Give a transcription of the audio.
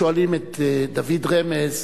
היו שואלים את דוד רמז: